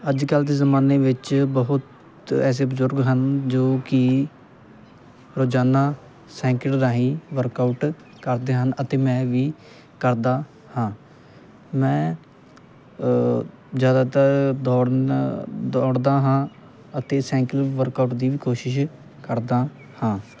ਅੱਜ ਕੱਲ੍ਹ ਦੇ ਜ਼ਮਾਨੇ ਵਿੱਚ ਬਹੁਤ ਐਸੇ ਬਜ਼ੁਰਗ ਹਨ ਜੋ ਕਿ ਰੋਜ਼ਾਨਾ ਸਾਈਕਲ ਰਾਹੀਂ ਵਰਕਾਊਟ ਕਰਦੇ ਹਨ ਅਤੇ ਮੈਂ ਵੀ ਕਰਦਾ ਹਾਂ ਮੈਂ ਜ਼ਿਆਦਾਤਰ ਦੌੜਨ ਦੌੜਦਾ ਹਾਂ ਅਤੇ ਸਾਈਕਲ ਵਰਕਆਊਟ ਦੀ ਵੀ ਕੋਸ਼ਿਸ਼ ਕਰਦਾ ਹਾਂ